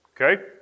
Okay